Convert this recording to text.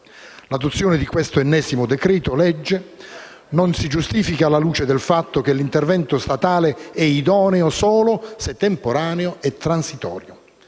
L'adozione di questo ennesimo decreto-legge non si giustifica alla luce del fatto che l'intervento statale è idoneo solo se temporaneo e transitorio.